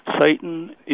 Satan